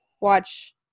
watch